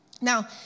Now